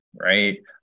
right